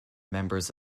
members